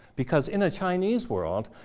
because in a chinese world,